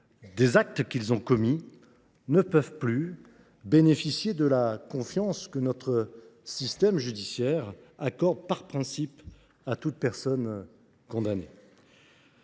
des actes qu’elles ont commis, ne peuvent plus bénéficier de la confiance que notre système judiciaire accorde par principe à toute personne condamnée.